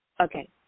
Okay